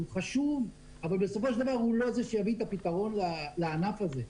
הוא חשוב אבל בסופו של דבר הוא לא זה שיביא את הפתרון לענף הזה.